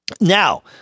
Now